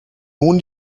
nun